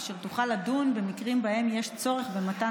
אשר תוכל לדון במקרים שבהם יש צורך במתן